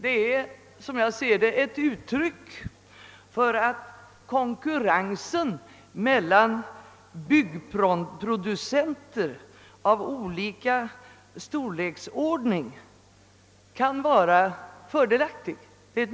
Enligt min mening är detta ett medgivande av att konkurrensen mellan byggproducenter av olika storleksordning kan vara fördelaktig.